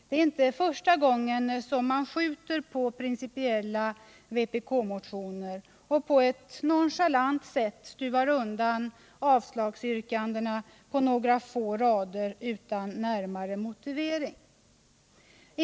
Det är inte första gången som man skjuter på principiella vpk-motioner och på ett nonchalant sätt stuvar undan avslagsyrkandena på några få rader utan närmare motivering.